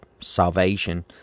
salvation